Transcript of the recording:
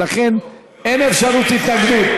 ולכן אין אפשרות התנגדות.